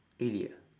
really ah